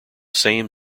same